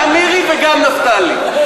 גם מירי וגם נפתלי.